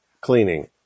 cleaning